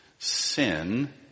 Sin